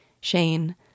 Shane